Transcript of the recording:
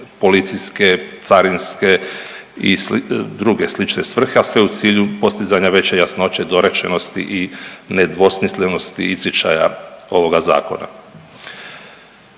policijske, carinske i druge slične svrhe, a sve u cilju postizanja veće jasnoće, dorečenosti i nedvosmislenosti izričaja ovoga Zakona.